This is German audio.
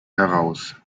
heraus